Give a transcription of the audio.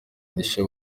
edsha